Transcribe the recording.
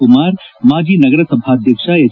ಕುಮಾರ್ ಮಾಜಿ ನಗರಸಭಾ ಅಧ್ಯಕ್ಷ ಹೆಚ್